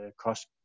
cost